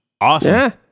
Awesome